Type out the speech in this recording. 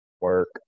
Work